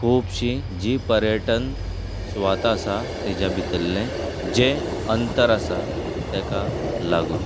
खुबशीं जीं पर्यटन सुवाता आसा तेज्या भितरलें जें अंतर आसा ताका लागून